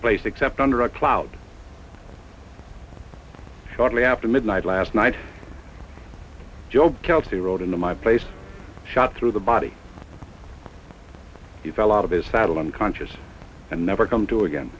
place except under a cloud shortly after midnight last night job kelsey rolled into my place shot through the body he fell out of his saddle unconscious and never come to again